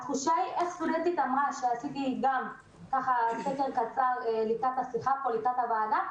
עשיתי סקר קצר לקראת הוועדה,